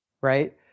right